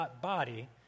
body